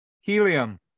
Helium